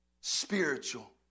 spiritual